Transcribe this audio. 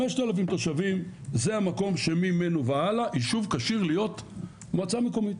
5,000 תושבים זה המקום שממנו והלאה יישוב כשיר להיות מועצה מקומית.